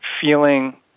feeling